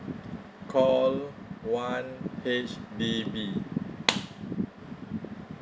call one H_D_B